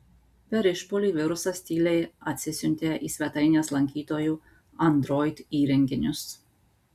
per išpuolį virusas tyliai atsisiuntė į svetainės lankytojų android įrenginius